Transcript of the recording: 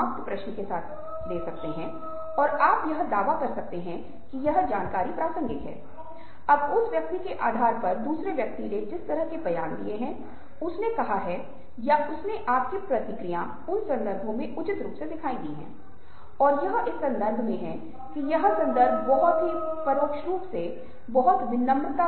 वे कौन सी आदतें हैं जो हमें अधिक सशक्त बनने में मदद करती हैं और यह फिर से बार्कले साइट से है जहां वास्तव में वर्तमान में खुशी पर पाठ्यक्रम चला रहे हैं जिसमें सबसेट का एक महत्वपूर्ण घटक के रूप में सहानुभूति है